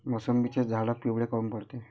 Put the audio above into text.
मोसंबीचे झाडं पिवळे काऊन पडते?